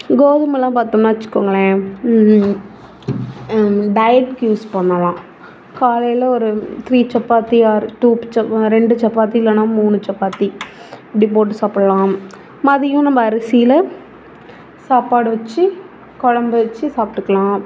கோதுமைலாம் பார்த்தோம்னா வெச்சுக்கோங்களேன் டயட்டுக்கு யூஸ் பண்ணலாம் காலையில் ஒரு த்ரீ சப்பாத்தி ஆர் டூ ச ரெண்டு சப்பாத்தி இல்லைனா மூணு சப்பாத்தி இப்படி போட்டு சாப்பிட்லாம் மதியம் நம்ம அரிசியில் சாப்பாடு வெச்சி கொழம்பு வெச்சி சாப்ட்டுக்கலாம்